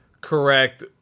correct